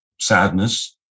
sadness